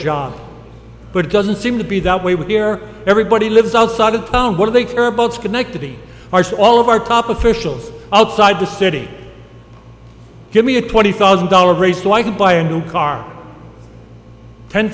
job but it doesn't seem to be that way with beer everybody lives outside of town where they are both schenectady arse all of our top officials outside the city give me a twenty thousand dollars raise like to buy a new car ten